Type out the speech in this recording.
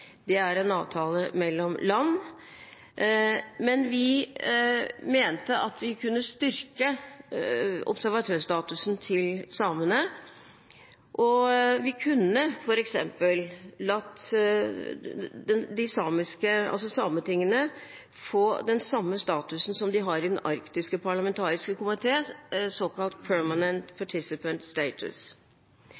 Det er en avtale mellom land. Men vi mente at vi kunne styrke observatørstatusen til samene, og vi kunne f.eks. latt sametingene få den samme statusen som de har i Arktisk parlamentarisk komité, såkalt